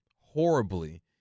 horribly